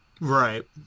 Right